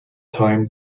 time